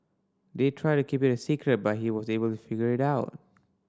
they tried to keep it a secret but he was able to figure out